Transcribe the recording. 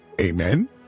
Amen